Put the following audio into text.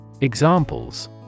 Examples